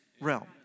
realm